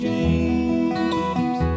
James